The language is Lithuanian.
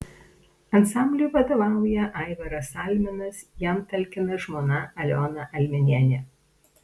ansambliui vadovauja aivaras alminas jam talkina žmona aliona alminienė